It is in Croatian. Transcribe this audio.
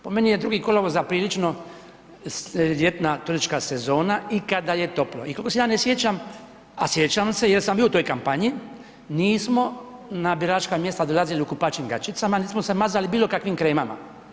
Po meni je 2. kolovoza prilično ljetna turistička sezona i kada je toplo i kako se ja ne sjećam, a sjećam se jer sam bio u toj kampanji, nismo na biračka mjesta dolazili u kupaćim gaćicama niti smo se mazali bilo kakvim kremama.